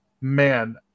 man